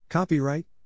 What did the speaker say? Copyright